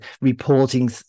reporting